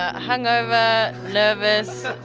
ah hungover, nervous,